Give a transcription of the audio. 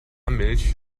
milch